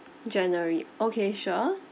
january okay sure